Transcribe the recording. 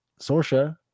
sorsha